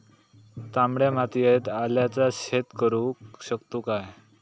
तामड्या मातयेत आल्याचा शेत करु शकतू काय?